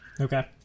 Okay